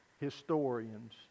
historians